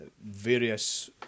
various